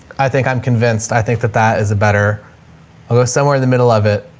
i think i'm convinced. i think that that is a better, i'll go somewhere in the middle of it,